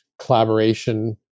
collaboration